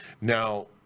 now